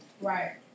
Right